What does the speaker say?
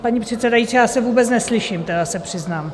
Paní předsedající, já se vůbec neslyším, se přiznám.